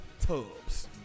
tubs